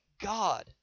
God